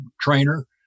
trainer